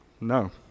No